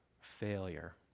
failure